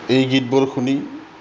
এই গীতবোৰ শুনি